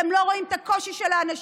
ואתם לא רואים את הקושי של האנשים.